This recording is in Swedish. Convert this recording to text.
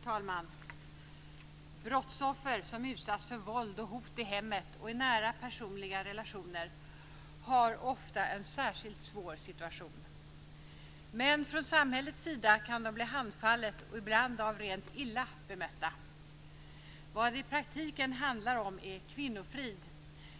Fru talman! Brottsoffer som utsatts för våld och hot i hemmet och i nära personliga relationer har ofta en särskilt svår situation. Men från samhällets sida kan de bli handfallet och ibland rentav illa bemötta. Vad detta i praktiken ofta handlar om är kvinnofrid,